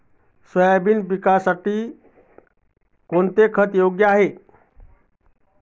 Soybean पिकासाठी कोणते खत योग्य आहे?